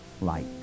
light